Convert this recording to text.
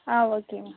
ah okay ma'am